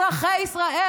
אזרחי ישראל,